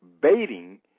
baiting